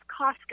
Costco